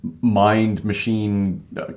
mind-machine